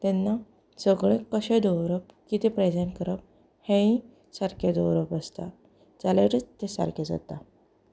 तेन्ना सगळें कशें दवरप कितें प्रेजेंट करप हेंवूंय सारकें दवरप आसता जाल्यारच तें सारकें जाता